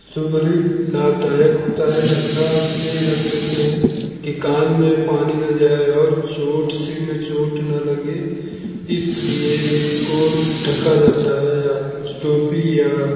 सुभरिक लाभदायक होता है ढकना इसलिए ढक लेते हैं कि कान में पानी न जाए और चोट सिर में चोट न लगे इसलिए इनको ढका जाता है या कुछ टोपी या